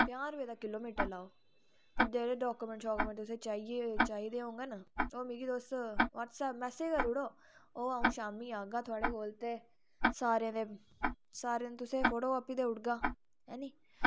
पंजाह् रुपये दा किलोमिटर लाई लेओ जेहडे़ डाकोमेंट चाहिदी होङन ओह् मिगी तुस बटसऐप करी ओड़ो मैसज करी ओङो ओह् आंऊ शामी ओगा थोहाडे़ कोल ते सारे दी तुसेंगी फोटोकाफी देई ओड़गी है नी